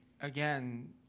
again